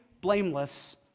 blameless